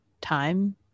time